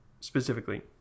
specifically